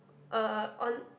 uh on